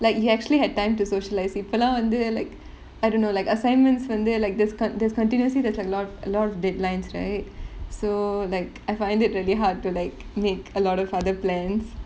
like you actually had time to socialise இப்பலா வந்து:ippalaa vanthu like I don't know like assignments வந்து:vanthu like this con~ there's continuously there's a lot a lot of deadlines right so like I find it really hard to like make a lot of other plans